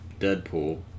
Deadpool